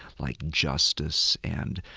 like justice and,